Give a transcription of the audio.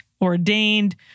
ordained